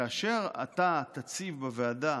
כאשר אתה תציב בוועדה